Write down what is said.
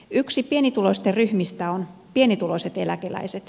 yksi pienituloisten ryhmistä on pienituloiset eläkeläiset